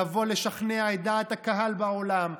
לבוא לשכנע את דעת הקהל בעולם,